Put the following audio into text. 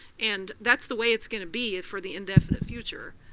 and that's the way it's going to be for the indefinite future.